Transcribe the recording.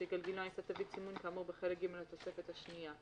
שגלגינוע יישא תווית סימון כאמור בחלק ג' לתוספת השנייה.